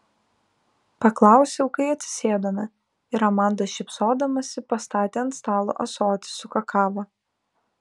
paklausiau kai atsisėdome ir amanda šypsodamasi pastatė ant stalo ąsotį su kakava